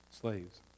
slaves